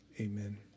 amen